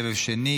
סבב שני,